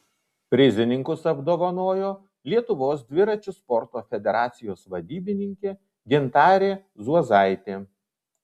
prizininkus apdovanojo lietuvos dviračių sporto federacijos vadybininkė gintarė zuozaitė